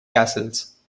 castles